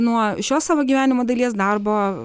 nuo šios savo gyvenimo dalies darbo